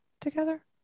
together